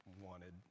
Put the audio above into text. wanted